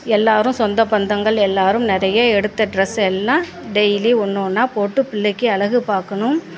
எல்லோரும் சொந்த பந்தங்கள் எல்லோரும் நிறைய எடுத்த ட்ரெஸ்ஸை எல்லாம் டெய்லி ஒன்று ஒன்றா போட்டு பிள்ளைக்கி அழகு பார்க்கணும்